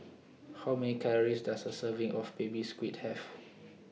How Many Calories Does A Serving of Baby Squid Have